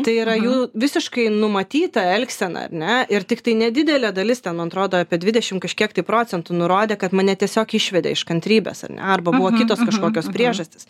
tai yra jų visiškai numatyta elgsena ar ne ir tiktai nedidelė dalis ten man atrodo apie dvidešim kažkiek tai procentų nurodė kad mane tiesiog išvedė iš kantrybės ar ne arba buvo kitos kažkokios priežastys